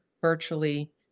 virtually